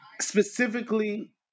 specifically